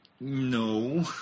no